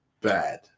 Bad